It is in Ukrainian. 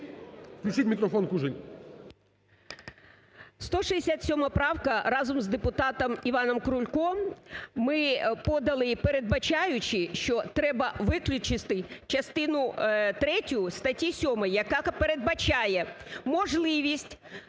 Включіть мікрофон Кужель.